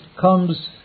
comes